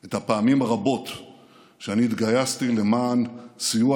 את הפעמים הרבות שאני התגייסתי למען סיוע